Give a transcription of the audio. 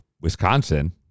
Wisconsin